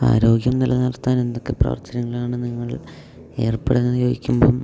ആരോഗ്യം നിലനിർത്താൻ എന്തൊക്കെ പ്രവർത്തനങ്ങളാണ് നിങ്ങൾ ഏർപ്പെടുന്നത് ചോദിക്കുമ്പം